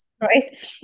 right